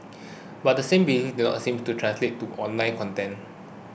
but the same belief did not seem to translate to online content